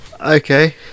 Okay